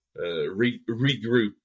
regroup